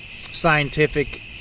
scientific